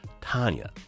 Tanya